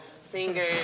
singers